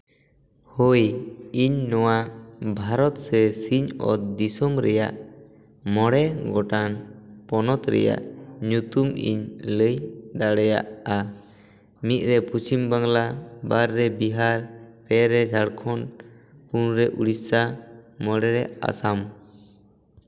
ᱦᱳᱭ ᱤᱧ ᱱᱚᱣᱟ ᱵᱷᱟᱨᱚᱛ ᱥᱮ ᱥᱤᱧᱚᱛ ᱫᱤᱥᱚᱢ ᱨᱮᱭᱟᱜ ᱢᱚᱬᱮ ᱜᱚᱴᱟᱝ ᱯᱚᱱᱚᱛ ᱨᱮᱭᱟᱜ ᱧᱩᱛᱩᱢ ᱤᱧ ᱞᱟᱹᱭ ᱫᱟᱲᱮᱭᱟᱜᱼᱟ ᱢᱤᱫᱽᱨᱮ ᱯᱚᱪᱷᱤᱢ ᱵᱟᱝᱞᱟ ᱵᱟᱨ ᱨᱮ ᱵᱤᱦᱟᱨ ᱯᱮ ᱨᱮ ᱡᱷᱟᱲᱠᱷᱚᱸᱰ ᱯᱳᱱ ᱨᱮ ᱳᱰᱤᱥᱟ ᱢᱚᱬᱮ ᱨᱮ ᱟᱥᱟᱢ